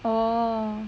orh